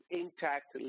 intact